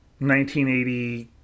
1980